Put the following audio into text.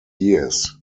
years